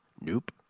Nope